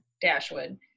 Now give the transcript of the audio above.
Dashwood